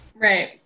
Right